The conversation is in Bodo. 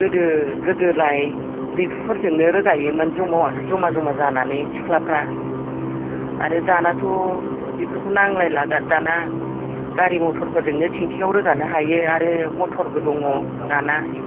गोदो गोदोलाय दैफुफोरजोंनो रोगायोमोन जमा जमा जानानै सिख्लाफ्रा आरो दानियाथ' बेफोरखौ नांलायला दाना गारि मथरफोरजोंनो थेंखियाव रोगानो हायो आरो मथरबो दङ दानिया